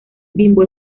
bimbo